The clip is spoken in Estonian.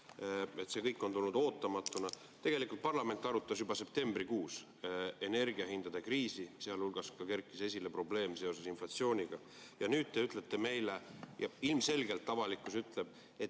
see kõik on tulnud ootamatult. Tegelikult parlament arutas juba septembrikuus energiahindade kriisi, sealhulgas kerkis esile probleem seoses inflatsiooniga. Ilmselgelt avalikkus ütleb, et